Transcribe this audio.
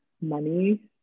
money